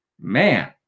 Man